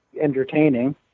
entertaining